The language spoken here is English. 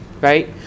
Right